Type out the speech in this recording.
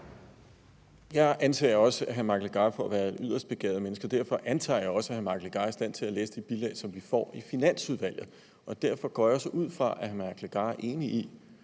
Jeg anser også hr. Mike Legarth for at være et yderst begavet menneske, og derfor antager jeg også, at hr. Mike Legarth er i stand til at læse de bilag, som vi får i Finansudvalget. Derfor går jeg også ud fra, at hr. Mike Legarth er enig i,